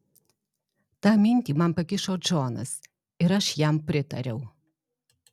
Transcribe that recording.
tą minti man pakišo džonas ir aš jam pritariau